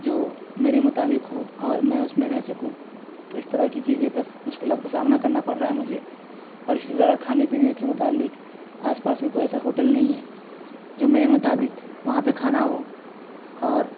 جو میرے مطابق ہو اور میں اس میں رہ سکوں تو اس طرح کی چیزیں کا مشکلات کا سامنا کرنا پڑ رہا ہے مجھے اور اسی طرح کھانے پینے کے متعلق آس پاس میں کوئی ایسا ہوٹل نہیں ہیں جو میرے مطابق وہاں پہ کھانا ہو اور